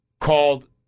called